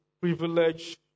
privilege